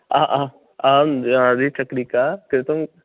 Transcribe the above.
अहं द्विचक्रिकां क्रेतुं